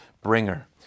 bringer